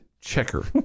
checker